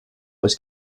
was